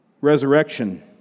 resurrection